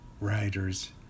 writers